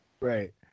Right